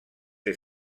ser